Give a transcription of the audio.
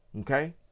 Okay